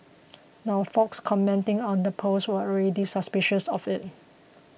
now folks commenting on the post were already suspicious of it